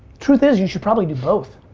truth is, you should probably do both.